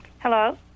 Hello